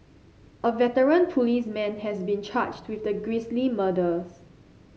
a veteran policeman has been charged with the grisly murders